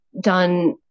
done